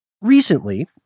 Recently